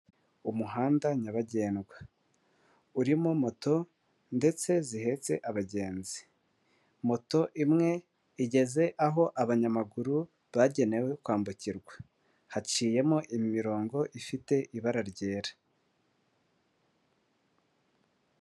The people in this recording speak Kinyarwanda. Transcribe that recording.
Umuhanda nyabagendwa. Urimo moto, ndetse zihetse abagenzi. Moto imwe igeze aho abanyamaguru bagenewe kwambukirwa. Haciyemo imirongo ifite ibara ryera.